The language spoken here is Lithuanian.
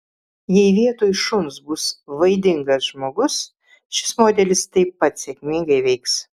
jei vietoj šuns bus vaidingas žmogus šis modelis taip pat sėkmingai veiks